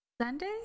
Sunday